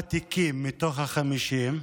משבעה תיקים מתוך ה-50,